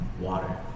water